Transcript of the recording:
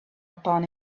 upon